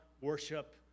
worship